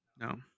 No